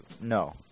no